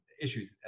issues